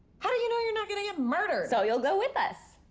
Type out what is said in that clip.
how do you know you're not going to get murdered? so you'll go with us?